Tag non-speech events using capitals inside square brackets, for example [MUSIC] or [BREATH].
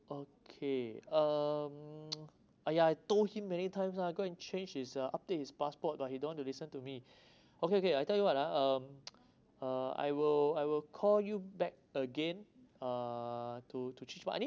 okay um [NOISE] uh ya I told him many times lah go and change his uh update his passport but he don't want to listen to me [BREATH] okay okay I tell you what ah um [NOISE] uh I will I will call you back again uh to to change what I need